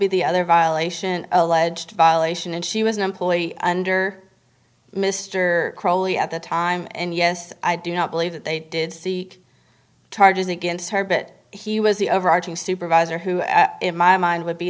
be the other violation alleged violation and she was an employee under mr croly at the time and yes i do not believe that they did see charges against her but he was the overarching supervisor who in my mind